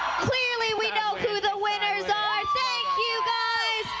clearly we know who the winners are. thank you, guys.